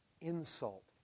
insult